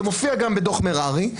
זה מופיע גם בדוח מררי,